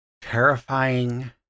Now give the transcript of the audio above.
terrifying